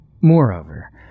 Moreover